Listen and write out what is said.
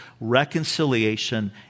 reconciliation